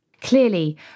Clearly